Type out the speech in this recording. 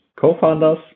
co-founders